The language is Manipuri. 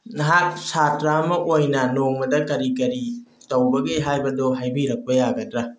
ꯅꯍꯥꯛ ꯁꯥꯇ꯭ꯔ ꯑꯃ ꯑꯣꯏꯅ ꯅꯣꯡꯃꯗ ꯀꯔꯤ ꯀꯔꯤ ꯇꯧꯕꯒꯦ ꯍꯥꯏꯕꯗꯣ ꯍꯥꯏꯕꯤꯔꯛꯄ ꯌꯥꯒꯗ꯭ꯔꯥ